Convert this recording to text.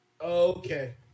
Okay